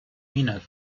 minot